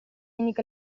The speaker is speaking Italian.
indica